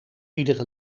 iedere